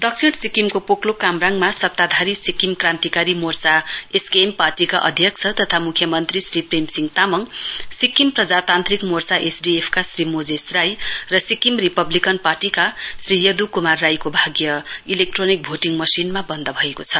दक्षिण सिक्किमको पोकलोक कामराङमा सत्ताधारी सिक्किम क्रान्तिकारी मोर्चा एसकेएम पार्टीका अध्यक्ष तथा मुख्यमन्त्री श्री प्रेमसिंह तामाङ सिक्किम प्रजातान्त्रिक मोर्चा एसडीएफ का श्री मोजेस राई र सिक्किम रिपब्लिकन पार्टीका श्री यदु कुमार राईको भाग्य इलेक्टोनिक भोटिङ मशिनमा बन्द भएको छ